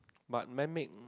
but men make